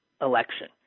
election